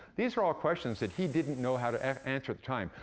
these were all questions that he didn't know how to answer at the time.